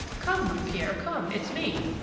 come, my pierre, come, it's me!